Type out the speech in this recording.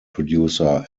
producer